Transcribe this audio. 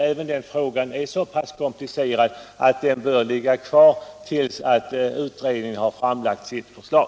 Den här frågan är så pass komplicerad att man inte bör vidta några förändringar innan utredningen har framlagt sitt förslag.